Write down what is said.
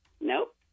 Nope